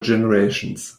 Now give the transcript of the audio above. generations